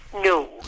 No